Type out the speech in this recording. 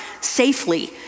safely